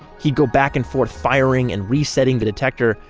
he'd go back and forth firing and resetting the detector,